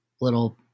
little